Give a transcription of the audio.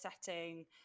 setting